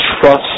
trust